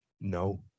No